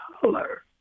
color